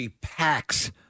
packs